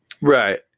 right